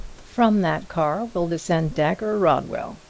from that car will descend dagger rodwell.